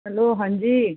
hello ਹਾਂਜੀ